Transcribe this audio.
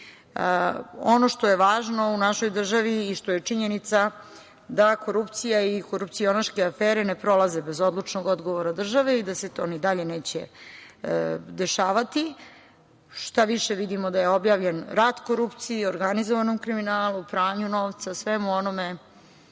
Ono što je važno u našoj državi i što je činjenica da korupcija i korupcionaške afere ne prolaze bez odlučnog odgovora države i da se to i dalje neće dešavati. Šta više, vidimo da je objavljen rat korupciji, organizovanom kriminalu, pranju novca, svemu onome